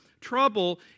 Trouble